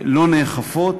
לא נאכפות.